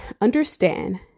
understand